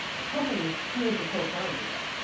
a company he was the co-founder of,